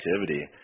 activity